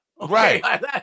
Right